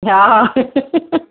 हा हा